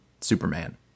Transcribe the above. Superman